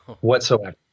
whatsoever